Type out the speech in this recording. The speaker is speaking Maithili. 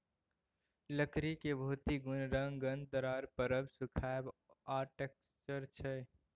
लकड़ीक भौतिक गुण रंग, गंध, दरार परब, सुखाएब आ टैक्सचर छै